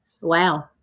Wow